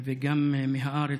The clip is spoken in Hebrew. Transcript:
וגם מהארץ,